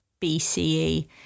bce